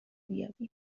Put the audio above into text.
بیابیم